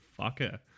fucker